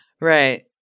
Right